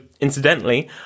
incidentally